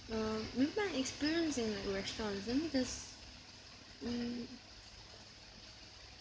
uh maybe my experience in like restaurants let me just mm